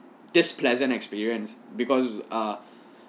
displeasant experience because uh